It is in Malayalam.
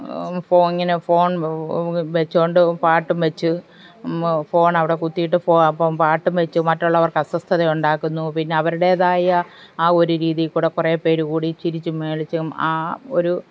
ഫോൺ ഇങ്ങനെ ഫോൺ വെച്ചു കൊണ്ട് പാട്ടും വെച്ച് ഫോണവിടെ കുത്തിയിട്ട് അപ്പം പാട്ടും വെച്ചു മറ്റുള്ളവർക്ക് അസ്വസ്ഥതയുണ്ടാക്കുന്നു പിന്നവരുടേതായ ആ ഒരു രീതിയിൽ കൂടെ കുറേ പേരും കൂടി ചിരിച്ചും മേളിച്ചും ആ ഒരു